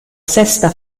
sesta